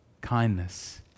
kindness